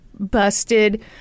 Busted